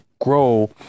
grow